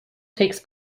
takes